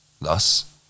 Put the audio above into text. Thus